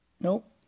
Nope